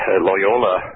Loyola